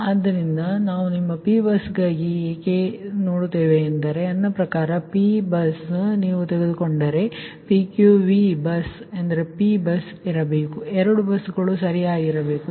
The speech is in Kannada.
ಆದ್ದರಿಂದ ನಾವು ನಿಮ್ಮ 𝑃 ಬಸ್ಗಾಗಿ ಏಕೆ ಹೋಗುತ್ತೇವೆ ಮತ್ತು ನನ್ನ ಪ್ರಕಾರ 𝑃 ಬಸ್ ನೀವು ತೆಗೆದುಕೊಂಡರೆ PQV ಬಸ್ ಎಂದರೆ 𝑃 ಬಸ್ ಇರಬೇಕು ಈ 2 ಬಸ್ಗಳು ಸರಿಯಾಗಿರಬೇಕು